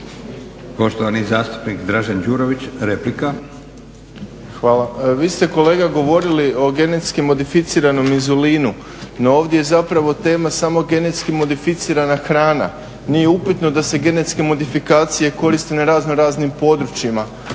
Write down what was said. Poštovani zastupnik Dražen Đurović, replika. **Đurović, Dražen (HDSSB)** Hvala. Vi ste kolega govorili o genetski modificiranom inzulinu, no ovdje je zapravo tema samo genetski modificirana hrana, nije upitno da se genetske modifikacije koriste na razno raznim područjima